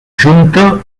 junta